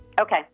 Okay